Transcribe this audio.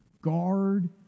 guard